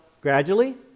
gradually